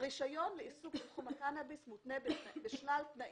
רישיון לעיסוק בתחום הקנאביס מותנה בשלל תנאים.